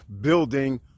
building